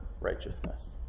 righteousness